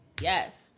Yes